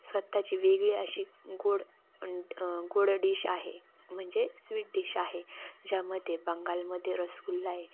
स्वतःची वेगळी अशी गोड गोड डिश आहे म्हणजे स्वीट डिश आहे ज्यामध्ये बंगालमध्ये रसगुल्ला आहे